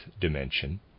dimension